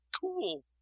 cool